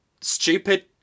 Stupid